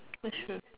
that's true